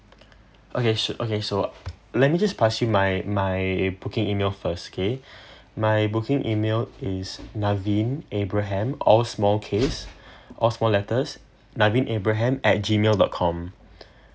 okay so okay so let me just pass you my my booking email first K my booking email is naveen abraham all small case all small letters naveen abraham at G mail dot com